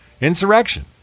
insurrection